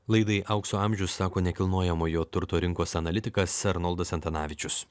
laidai aukso amžius sako nekilnojamojo turto rinkos analitikas arnoldas antanavičius